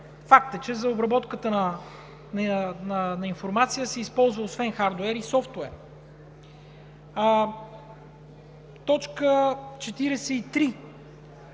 Факт е, че за обработката на информация се използва освен хардуер и софтуер. Точка 43